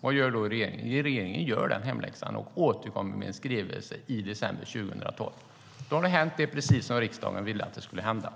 Vad gör regeringen? Ja, regeringen gör den hemläxan och återkommer med en skrivelse i december 2012. Det har hänt precis det som riksdagen ville skulle hända.